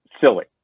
silly